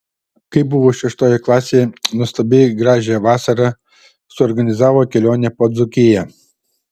kai buvau šeštoje klasėje nuostabiai gražią vasarą suorganizavo kelionę po dzūkiją